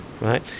right